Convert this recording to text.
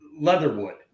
Leatherwood